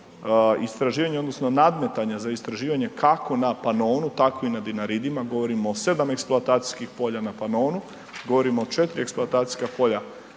istraživanja odnosno nadmetanja za istraživanje kako na Panonu tako i na Dinaridima, govorimo o 7 eksploatacijskih polja na Panonu, govorimo o 4 eksploatacijska polja